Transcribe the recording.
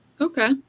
Okay